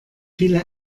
viele